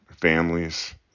families